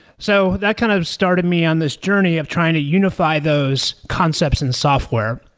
so that kind of started me on this journey of trying to unify those concepts in software,